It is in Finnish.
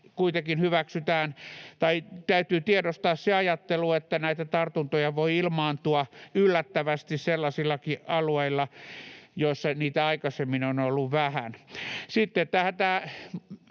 kuitenkin täytyy tiedostaa se ajattelu, että näitä tartuntoja voi ilmaantua yllättävästi sellaisillakin alueilla, joilla niitä aikaisemmin on ollut vähän.